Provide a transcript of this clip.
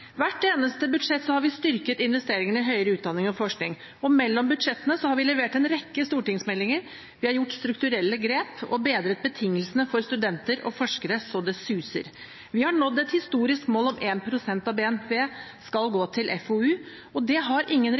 hvert eneste budsjett har vi styrket investeringene i høyere utdanning og forskning, og mellom budsjettene har vi levert en rekke stortingsmeldinger, gjort strukturelle grep og bedret betingelsene for studenter og forskere så det suser. Vi har nådd et historisk mål om at 1 pst. av BNP skal gå til FoU. Det har ingen